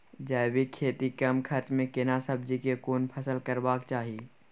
जैविक खेती कम खर्च में केना सब्जी के कोन फसल करबाक चाही?